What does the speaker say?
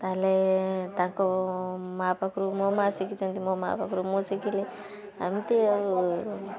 ତାହେଲେ ତାଙ୍କ ମାଆ ପାଖରୁ ମୋ ମାଆ ଶିଖିଛନ୍ତି ମୋ ମାଆ ପାଖରୁ ମୁଁ ଶିଖିଲି ଏମିତି ଆଉ